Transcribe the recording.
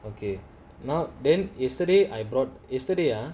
okay now then yesterday I brought yesterday ah